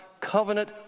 covenant